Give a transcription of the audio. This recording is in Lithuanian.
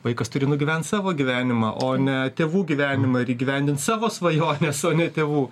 vaikas turi nugyvent savo gyvenimą o ne tėvų gyvenimą ir įgyvendint savo svajones o ne tėvų